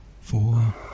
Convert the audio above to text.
four